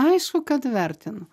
aišku kad vertinu